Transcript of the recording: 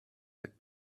that